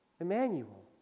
Emmanuel